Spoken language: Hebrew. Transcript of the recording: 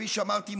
כפי שאמרתי,